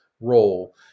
role